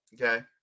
Okay